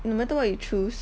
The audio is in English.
no matter what you choose